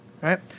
Right